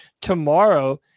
tomorrow